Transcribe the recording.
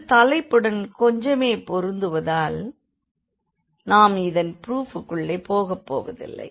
இது தலைப்புடன் கொஞ்சமே பொருந்துவதால் நாம் இதன் ப்ரூஃபுக்குள்ளே போகப் போவதில்லை